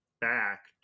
back